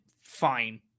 Fine